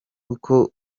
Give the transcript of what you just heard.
uko